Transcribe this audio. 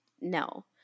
no